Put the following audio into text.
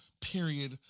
period